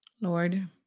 Lord